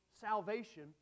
salvation